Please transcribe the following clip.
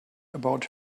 about